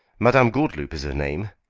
madame gordeloup is her name.